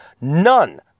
none